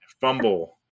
fumble